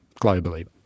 globally